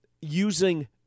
using